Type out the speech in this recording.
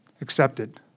accepted